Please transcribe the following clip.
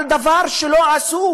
על דבר שהם